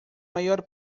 mayor